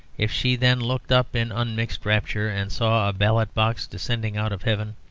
if she then looked up in unmixed rapture and saw a ballot-box descending out of heaven,